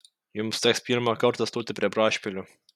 jums teks pirmą kartą stoti prie brašpilio